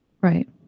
Right